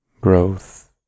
growth